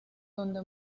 donde